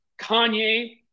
Kanye